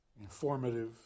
informative